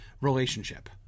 relationship